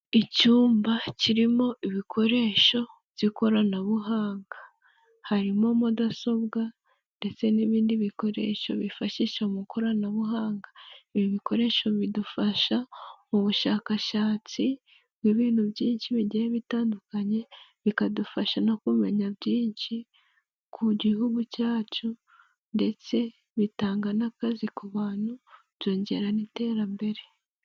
Icyumba kirimo ibikoresho by'ikoranabuhanga. Harimo mudasobwa ndetse n'ibindi bikoresho bifashisha mu ikoranabuhanga. Ibi bikoresho bidufasha mu bushakashatsi bw'ibintu byinshi bigiye bitandukanye, bikadufasha no kumenya byinshi ku gihugu cyacu ndetse bitanga n'akazi ku bantu byongera n'iterambere.